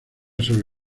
sobre